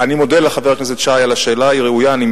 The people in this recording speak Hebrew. לא אמרתי החזק ביותר, אמרתי החסין ביותר.